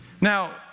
Now